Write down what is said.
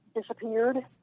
disappeared